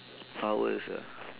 powers ah